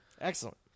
Excellent